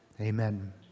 Amen